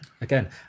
again